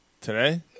Today